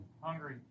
hungry